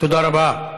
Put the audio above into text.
תודה רבה.